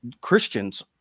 Christians